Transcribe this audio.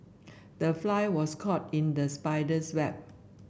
the fly was caught in the spider's web